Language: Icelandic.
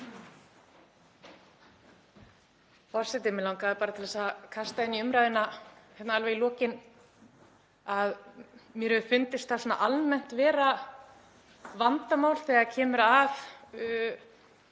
Forseti. Mig langaði bara að kasta inn í umræðuna hérna alveg í lokin að mér hefur fundist það svona almennt vera vandamál þegar kemur að